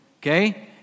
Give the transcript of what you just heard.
okay